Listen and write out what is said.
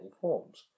forms